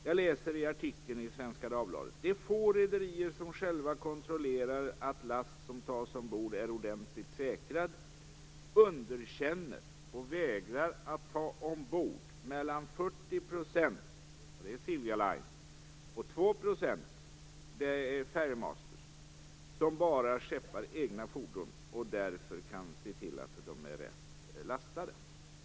Jag läser ur artikeln i Svenska Dagbladet: "De få rederier som själva kontrollerar att last som tas ombord är ordentligt säkrad underkänner - och vägrar att ta ombord - mellan 40 procent och 2 procent ."